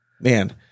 Man